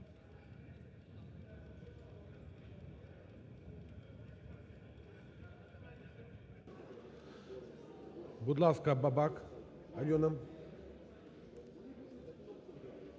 Будь ласка, Бабак Альона.